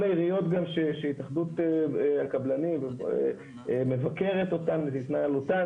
כל העיריות גם שהתאחדות הקבלנים מבקרת אותן ואת התנהלותן,